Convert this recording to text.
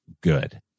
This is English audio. good